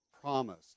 promised